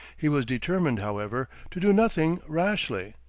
he was determined, however, to do nothing rashly.